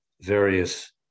various